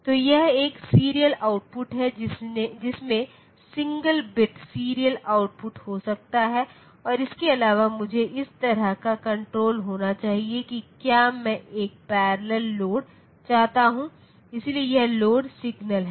तो यह एक सीरियल आउटपुट है जिसमें सिंगल बिट सीरियल आउटपुट हो सकता है और इसके अलावा मुझे इस तरह का कण्ट्रोल होना चाहिए कि क्या मैं एक पैरेलल लोड चाहता हूं इसलिए यह लोड सिग्नल है